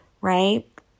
right